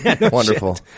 Wonderful